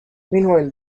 meanwhile